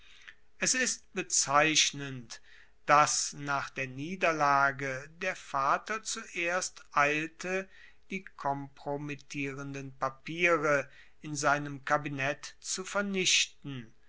es ist bezeichnend dass nach der niederlage der vater zuerst eilte die kompromittierenden papiere in seinem kabinett zu vernichten